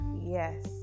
Yes